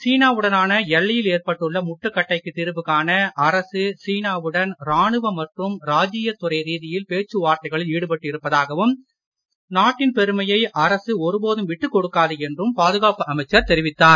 சீனாவுடனான எல்லையில் ஏற்பட்டுள்ள முட்டுக்கட்டைக்கு தீர்வு காண அரசு சீனாவுடன் ராணுவ மற்றும் ராஜீயத் துறை ரீதியில் பேச்சு வார்த்தைகளில் ஈடுபட்டு இருப்பதாகவும் நாட்டின் பெருமையை அரசு ஒருபோதும் விட்டுக் கொடுக்காது என்றும் பாதுகாப்பு அமைச்சர் தெரிவித்தார்